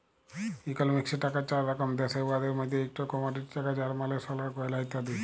ইকলমিক্সে টাকার চার রকম দ্যাশে, উয়াদের মইধ্যে ইকট কমডিটি টাকা যার মালে সলার গয়লা ইত্যাদি